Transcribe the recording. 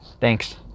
Thanks